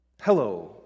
Hello